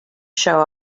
show